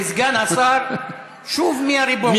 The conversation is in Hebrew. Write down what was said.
אני רוצה להוכיח לסגן השר שוב מי הריבון.